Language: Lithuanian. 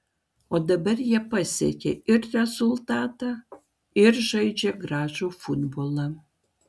o dabar jie pasiekia ir rezultatą ir žaidžia gražų futbolą